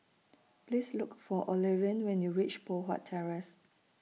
Please Look For Olivine when YOU REACH Poh Huat Terrace